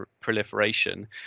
proliferation